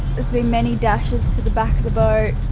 there's been many dashes to the back of the boat.